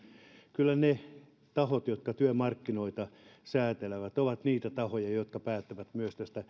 kyllä ne tahot jotka työmarkkinoita säätelevät ovat niitä tahoja jotka päättävät myös tästä